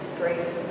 great